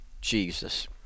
Jesus